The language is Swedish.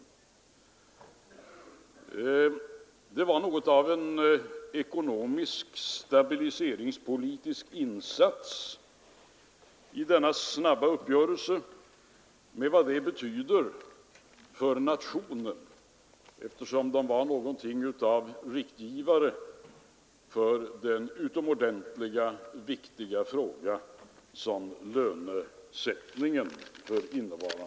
Det var något av en ekonomisk stabiliseringspolitisk insats i denna snabba uppgörelse med vad det betyder för nationen, eftersom parterna fungerade som något av riktgivare för den utomordentligt viktiga fråga som lönesättningen för innevarande år innebär.